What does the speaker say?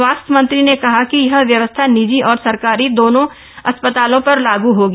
स्वास्थ्य मंत्री ने कहा कि यह व्यवस्था निजी और सरकारी दोनों अस्पतालों पर लागू होगी